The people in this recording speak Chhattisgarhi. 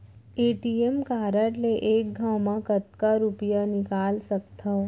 ए.टी.एम कारड ले एक घव म कतका रुपिया निकाल सकथव?